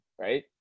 right